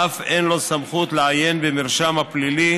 ואף אין לו סמכות לעיין במרשם הפלילי